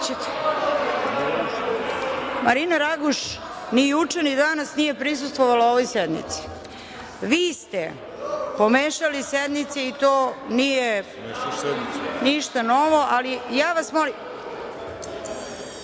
ćete. Marina Raguš ni juče, ni danas nije prisustvovala ovoj sednici. Vi ste pomešali sednice i to nije ništa novo, ali ja vas molim…Ne